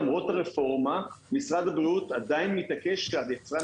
למרות הרפורמה משרד הבריאות עדיין מתעקש שהיצרן